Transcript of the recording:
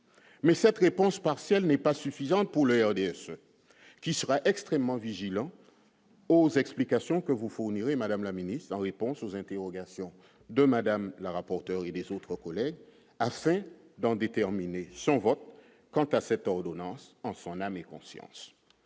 mais cette réponse partielle n'est pas suffisante pour leur dire qu'il sera extrêmement vigilant aux explications que vous fournissez madame la ministre, dans réponse aux interrogations de madame la rapporteure et des autres collègues afin d'en déterminer son vote quant à cette ordonnance en son âme et conscience,